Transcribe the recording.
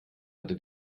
hatte